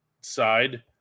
side